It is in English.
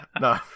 No